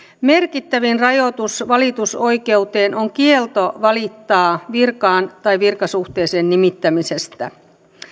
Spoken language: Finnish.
merkittävin rajoitus valitusoikeuteen on kielto valittaa virkaan tai virkasuhteeseen nimittämisestä